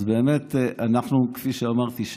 אז כפי שאמרתי,